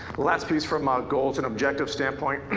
last piece from a goals and objectives standpoint,